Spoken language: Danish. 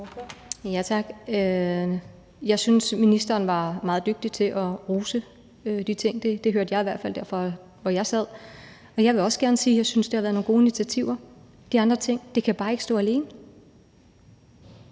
(S): Tak. Jeg synes, ministeren var meget dygtig til at rose de initiativer – det hørte jeg i hvert fald derfra, hvor jeg sad – og jeg vil også gerne sige, at de andre initiativer, der er blevet taget, har været gode, men det kan bare ikke stå alene.